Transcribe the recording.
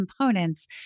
components